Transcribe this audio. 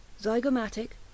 zygomatic